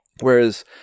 Whereas